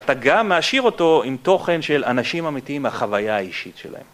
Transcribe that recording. אתה גם מעשיר אותו עם תוכן של אנשים אמיתיים והחוויה האישית שלהם.